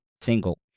single